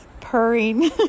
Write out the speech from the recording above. purring